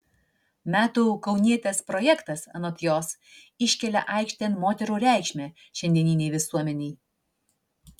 metų kaunietės projektas anot jos iškelia aikštėn moterų reikšmę šiandieninei visuomenei